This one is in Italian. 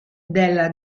della